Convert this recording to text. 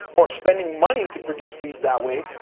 or spending money to produce leads that way,